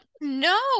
No